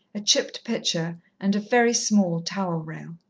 a chipped pitcher and a very small towel-rail.